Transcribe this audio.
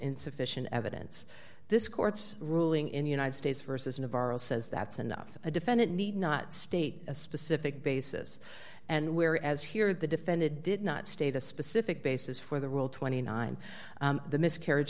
insufficient evidence this court's ruling in the united states versus navarro says that's enough a defendant need not state a specific basis and where as here the defendant did not state the specific basis for the rule twenty nine the miscarriage